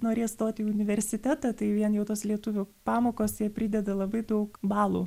norės stot į universitetą tai vien jau tos lietuvių pamokos jai prideda labai daug balų